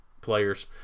players